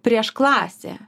prieš klasę